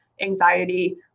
anxiety